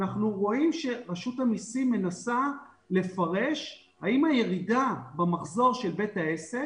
אנחנו רואים שרשות המסים מנסה לפרש האם הירידה במחזור של בית העסק